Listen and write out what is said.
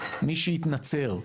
מי שהתנצר,